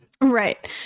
Right